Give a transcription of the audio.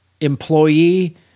employee